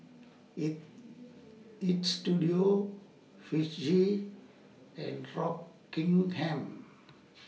Istudio Fujitsu and Rockingham